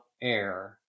air